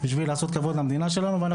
תנו